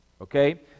okay